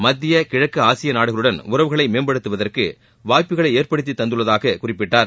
மத்திய கிழக்கு ஆசிய நாடுகளுடன் உறவுகளை மேம்படுத்துவதற்கு வாய்ப்புகளை ஏற்படுத்தித் தந்துள்ளதாக குறிப்பிட்டார்